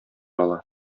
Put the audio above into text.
ала